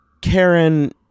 Karen